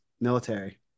military